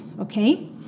okay